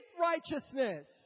righteousness